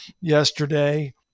yesterday